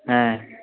হ্যাঁ